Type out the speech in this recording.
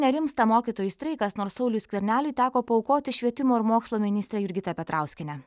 nerimsta mokytojų streikas nors sauliui skverneliui teko paaukoti švietimo ir mokslo ministrę jurgitą petrauskienę